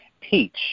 Peach